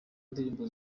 ndirimbo